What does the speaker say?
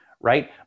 right